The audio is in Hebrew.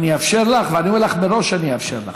אני אאפשר לך, אני אומר לך מראש שאני אאפשר לך.